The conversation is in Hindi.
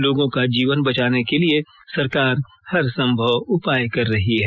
लोगों का जीवन बचाने के लिए सरकार हरसंभव उपाय कर रही है